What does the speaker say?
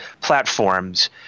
platforms